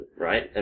right